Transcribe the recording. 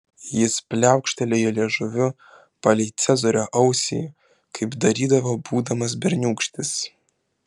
jis pliaukštelėjo liežuviu palei cezario ausį kaip darydavo būdamas berniūkštis